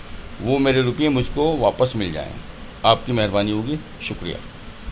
وہ میرے روپیے مجھ کو واپس مل جائیں آپ کی مہربانی ہوگی شکریہ